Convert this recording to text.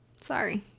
Sorry